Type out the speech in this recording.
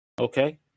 Okay